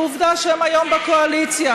ועובדה שהם היום בקואליציה,